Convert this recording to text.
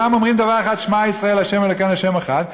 וכולם אומרים דבר אחד: שמע ישראל ה' אלוקינו ה' אחד,